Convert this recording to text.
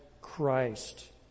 Christ